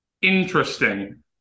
interesting